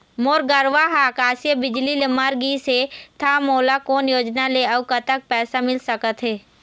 मोर गरवा हा आकसीय बिजली ले मर गिस हे था मोला कोन योजना ले अऊ कतक पैसा मिल सका थे?